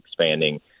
expanding